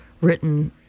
written